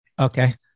Okay